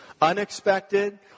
unexpected